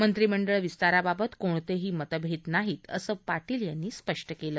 मंत्रिमंडळ विस्ताराबाबत कोणतेही मतभेद नाहीत असं पाटील यांनी स्पष्ट केलं